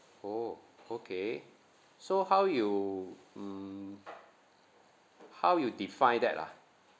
oh okay so how you mm how you define that ah